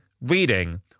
reading